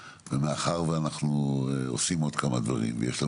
ומאחר ואנחנו עושים עוד כמה דברים ויש לנו